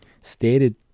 stated